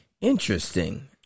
Interesting